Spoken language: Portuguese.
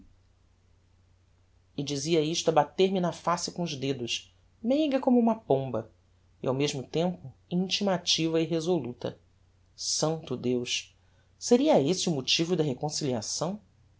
e dizia isto a bater-me na face com os dedos meiga como uma pomba e ao mesmo tempo intimativa e resoluta santo deus seria esse o motivo da reconciliação